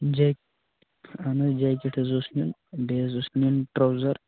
جیہ اَہن حظ جَیکٹ حظ اوس نیُن بیٚیہِ حظ اوس نیُن ٹروزر